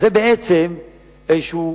אז זה בעצם איזה,